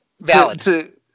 Valid